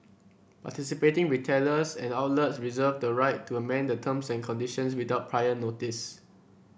participating retailers and outlets reserve the right to amend the terms and conditions without prior notice